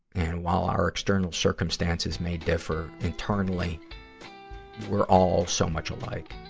and while our external circumstances may differ, internally we are all so much alike.